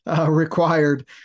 required